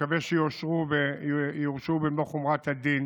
מקווה שיורשעו במלוא חומרת הדין,